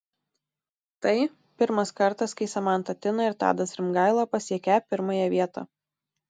tai pirmas kartas kai samanta tina ir tadas rimgaila pasiekią pirmąją vietą